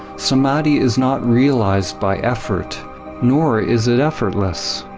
samadhi is not realized by effort nor is it effortless.